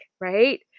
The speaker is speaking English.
right